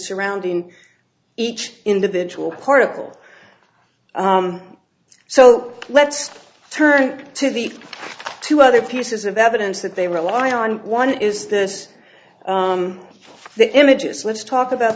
surrounding each individual particle so let's turn to the two other pieces of evidence that they rely on one is this the images let's talk about